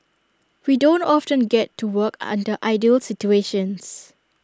we don't often get to work under ideal situations